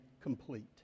complete